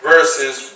Verses